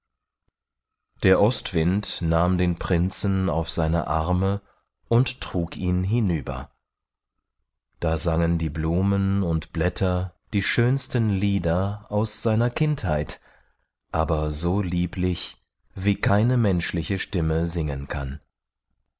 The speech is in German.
der ostwind nahm den prinzen auf seine arme und trug ihn hinüber da sangen die blumen und blätter die schönsten lieder aus seiner kindheit aber so lieblich wie keine menschliche stimme singen kann